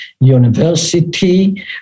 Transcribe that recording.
University